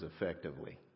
effectively